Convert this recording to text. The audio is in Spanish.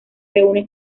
reúne